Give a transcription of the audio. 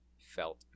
felt